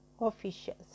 officials